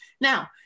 Now